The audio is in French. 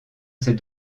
s’est